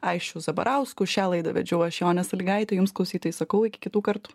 aisčiu zabarausku šią laidą vedžiau aš jonė sąlygaitė jums klausytojai sakau iki kitų kartų